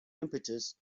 impetus